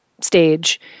stage